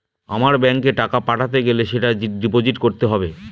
আমার ব্যাঙ্কে টাকা পাঠাতে গেলে সেটা ডিপোজিট করতে হবে